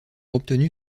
obtenu